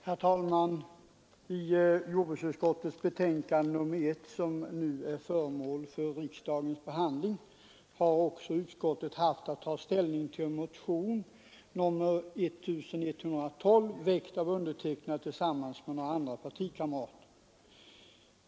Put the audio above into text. Herr talman! I jordbruksutskottets betänkande nr 1, som nu är föremål för rikdagens behandling, har utskottet också haft att ta ställning till motionen 1112 som jag och några partikamrater väckt.